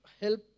help